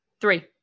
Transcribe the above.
three